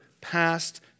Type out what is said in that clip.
past